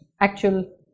actual